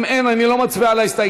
אם אין, אני לא מצביע על ההסתייגות.